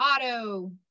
auto